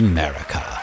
America